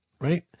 right